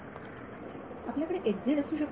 विद्यार्थी आपल्याकडे असू शकते